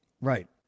right